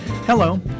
Hello